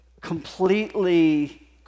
completely